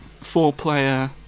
four-player